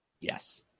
Yes